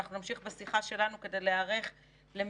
אנחנו נמשיך בשיחה שלנו כדי להיערך למפגש